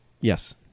yes